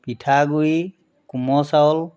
পিঠাগুড়ি কোমল চাউল